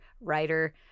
writer